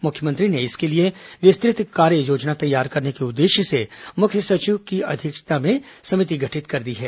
मुख्यमंत्री ने इसके लिए विस्तृत कार्ययोजना तैयार करने के उद्देश्य से मुख्य सचिव की अध्यिक्षता में समिति गठित कर दी है